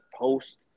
post